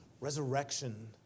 Resurrection